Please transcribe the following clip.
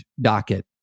docket